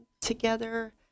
together